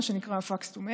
מה שנקרא fax to mail,